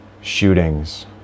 shootings